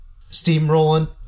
steamrolling